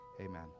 Amen